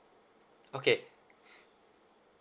okay